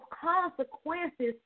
consequences